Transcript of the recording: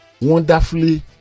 wonderfully